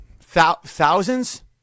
thousands